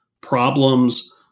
problems